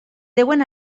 deuen